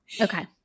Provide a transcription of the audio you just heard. Okay